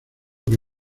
que